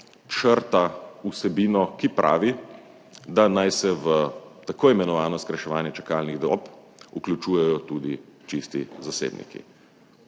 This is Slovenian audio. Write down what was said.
črta vsebino, ki pravi, da naj se v tako imenovano skrajševanje čakalnih dob vključujejo tudi čisti zasebniki.